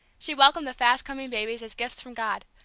she welcomed the fast-coming babies as gifts from god,